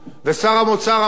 ושר האוצר אמר,